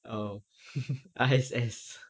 oh I_S_I_S